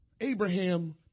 Abraham